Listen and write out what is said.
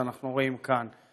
שאנחנו רואים כאן.